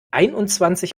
einundzwanzig